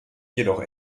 jedoch